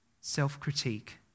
self-critique